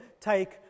take